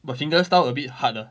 but fingerstyle a bit hard ah